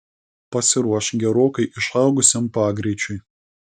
pasiruošk gerokai išaugusiam pagreičiui